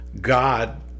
god